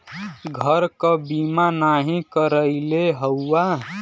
घर क बीमा नाही करइले हउवा